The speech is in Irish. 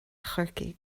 chorcaí